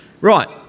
Right